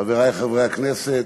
חברי חברי הכנסת,